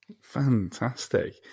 Fantastic